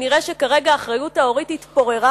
ונראה שכרגע האחריות ההורית התפוררה